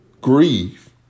grieve